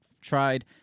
tried